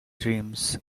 dreams